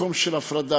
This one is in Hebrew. מקום של הפרדה